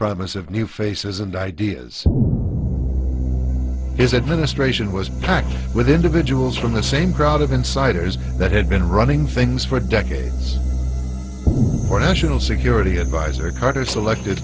promise of new faces and ideas his administration was packed with individuals from the same crowd of insiders that had been running things for decades for national security advisor carter selected